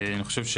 אני חושב,